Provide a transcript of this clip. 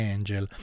Angel